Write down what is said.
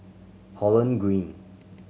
Holland Green